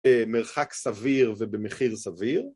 במרחק סביר ובמחיר סביר